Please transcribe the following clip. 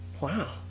Wow